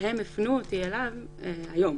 שהם הפנו אותי אליו היום.